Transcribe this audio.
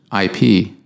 IP